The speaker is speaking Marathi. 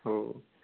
हो